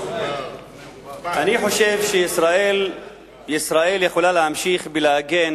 אני חושב שישראל יכולה להמשיך ולהגן